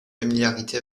familiarité